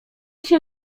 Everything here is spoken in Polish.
się